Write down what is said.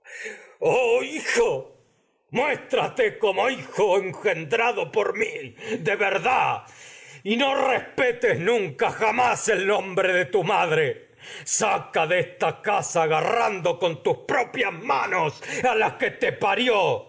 oh hijo muéstrate y como hijo engendrado mi de verdad no respetes nunca jamás el nombre de tu con madre saca de casa agarrando tus propias manos a la que te